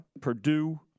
Purdue